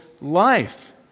life